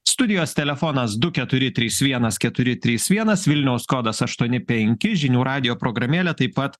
studijos telefonas du keturi trys vienas keturi trys vienas vilniaus kodas aštuoni penki žinių radijo programėlė taip pat